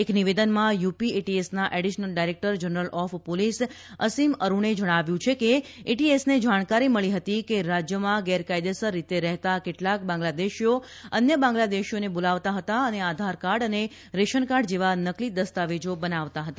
એક નિવેદનમાં યુપી એટીએસના additional director general of police Asim અરૂણે જણાવ્યું છે કે એટીએસને જાણકારી મળી ફતી કે રાજ્યમાં ગેરકાયદેસર રીતે રહેતા કેટલાંક બાંગ્લાદેશીઓ અન્ય બાંગ્લાદેશીઓને બોલાવતા ફતા અને આધારકાર્ડ અને રેશનકાર્ડ જેવા નકલી દસ્તાવેજા બનાવતા ફતા